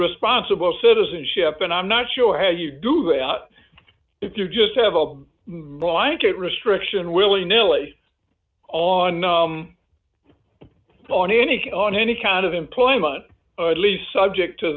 responsible citizenship and i'm not sure how you do that if you're just have a blanket restriction willy nilly on on any on any kind of employment or at least subject to